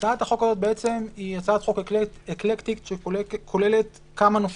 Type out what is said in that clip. הצעת החוק היא הצעת חוק אקלקטית שכוללת כמה נושאים,